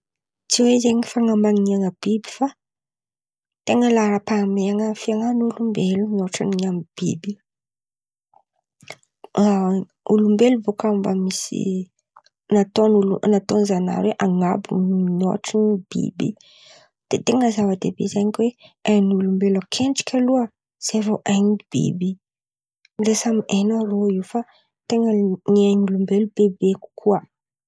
Tsy hoe zen̈y tsy hoe zen̈y fan̈ambanian̈a biby fa ten̈a lahara-pahamehan̈a fihen̈an'olombelon̈o mihoatra ny amin̈'ny biby. Olombelo bôka mba misy nataon̈y Zan̈ahary hoe an̈abo mihoatra ny biby de tena zava-dehibe zen̈y koa hoe ain̈y ny olombelon̈o akendriky aloha zay vô hain̈y biby; ndre samy aina rô io ndre samy aina rô io fa ten̈a ny ain̈in'olombelon̈o no bebe kokoa.